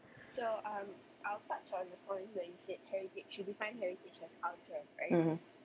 mm